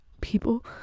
people